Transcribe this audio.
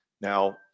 Now